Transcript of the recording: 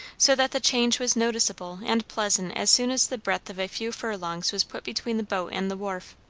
so that the change was noticeable and pleasant as soon as the breadth of a few furlongs was put between the boat and the wharf.